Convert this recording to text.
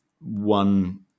one